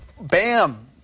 Bam